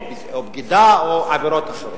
או בגידה, או עבירות אחרות.